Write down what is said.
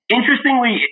Interestingly